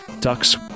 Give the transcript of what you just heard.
ducks